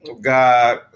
God